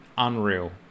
unreal